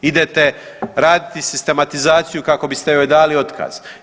Idete raditi sistematizaciju kako biste joj dali otkaz.